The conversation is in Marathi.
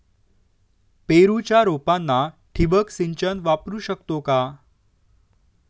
पेरूच्या रोपांना ठिबक सिंचन वापरू शकतो का?